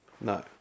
No